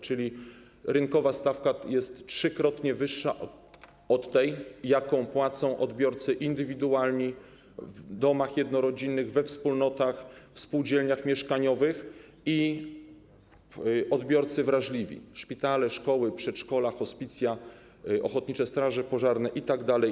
Czyli cena rynkowa jest trzykrotnie wyższa niż ta, którą płacą odbiorcy indywidualni w domach jednorodzinnych, we wspólnotach, w spółdzielniach mieszkaniowych i odbiorcy wrażliwi - szpitale, szkoły, przedszkola, hospicja, ochotnicze straże pożarne itd.